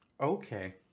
Okay